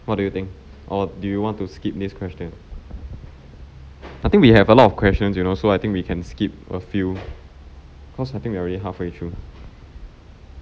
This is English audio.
what do you think or do you want to skip this question I think we have a lot of questions you know so I think we can skip a few cause I think we're already halfway through